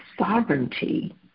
sovereignty